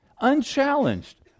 unchallenged